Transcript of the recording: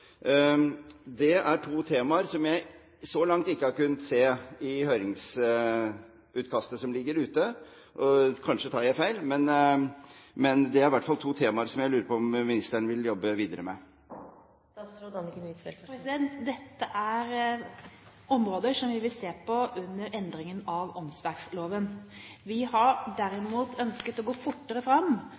Det er to temaer som jeg så langt ikke har kunnet se i høringsutkastet som ligger ute – kanskje tar jeg feil. Men det er i hvert fall to temaer som jeg lurer på om ministeren vil jobbe videre med. Dette er områder som vi vil se på under endringen av åndsverksloven. Vi har derimot ønsket å gå fortere fram